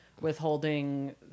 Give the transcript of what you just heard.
withholding